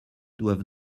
doivent